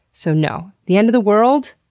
so, no. the end of the world?